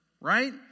right